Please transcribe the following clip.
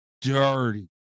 dirty